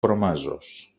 promesos